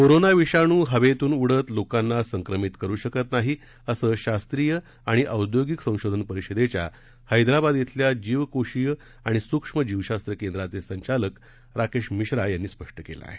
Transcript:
corona विषाण् हवेतून उडत लोकांना संक्रमित करु शकत नाही असं शास्त्रीय आणि औदयोगिक संशोधन परिषदेच्या हैदराबाद इथल्या जीवकोषीय आणि सूक्ष्म जीवशास्त्र केंद्राचे संचालक राकेश मिश्रा यांनी स्पष्ट केलं आहे